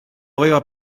aveva